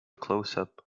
closeup